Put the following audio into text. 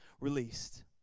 released